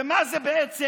ומה זה בעצם